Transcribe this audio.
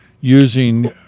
using